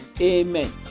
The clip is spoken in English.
Amen